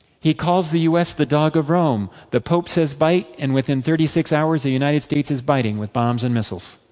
he calls the us the dog of rome. the pope says bite, and within thirty six hours, the united states is biting, with bombs and missiles.